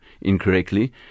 incorrectly